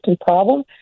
problem